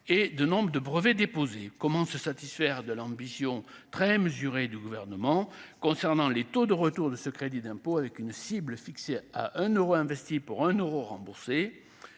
et de nombre de brevets déposés, comment se satisfaire de l'ambition très mesurée du gouvernement concernant les taux de retour de ce crédit d'impôt avec une cible fixée à un Euro investi pour un euros remboursés,